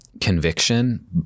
conviction